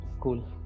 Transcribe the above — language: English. Cool